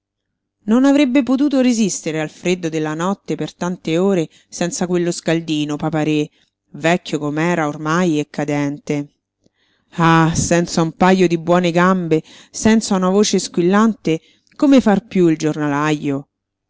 non avrebbe potuto resistere al freddo della notte per tante ore senza quello scaldino papa-re vecchio com'era ormai e cadente ah senza un pajo di buone gambe senza una voce squillante come far piú il giornalajo